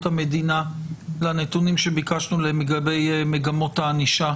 המדינה לנתונים שביקשנו לגבי מגמות הענישה